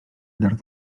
llarg